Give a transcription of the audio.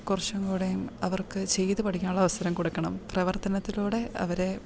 കുറച്ചുംകൂടെയും അവർക്ക് ചെയ്തുപഠിക്കാനുള്ള അവസരം കൊടുക്കണം പ്രവർത്തനത്തിലൂടെ അവരെ